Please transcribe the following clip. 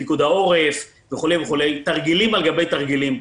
פיקוד העורף וכולי, תרגילים על גבי תרגילים.